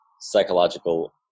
psychological